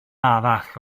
arall